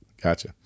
Gotcha